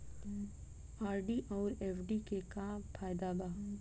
RD आउर FD के का फायदा बा?